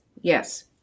yes